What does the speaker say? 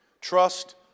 trust